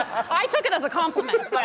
i took it as a compliment, it's like,